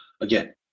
Again